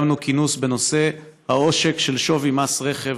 קיימנו כינוס בנושא: העושק של שווי מס רכב,